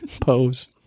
pose